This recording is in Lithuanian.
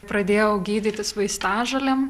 pradėjau gydytis vaistažolėm